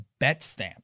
Betstamp